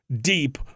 deep